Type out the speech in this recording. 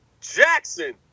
Jackson